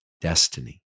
destiny